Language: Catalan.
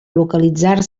localitzar